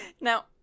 Now